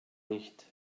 nicht